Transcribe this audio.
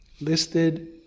listed